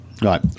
Right